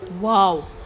wow